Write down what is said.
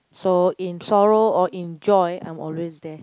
so in sorrow or in joy I'm always there